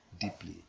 deeply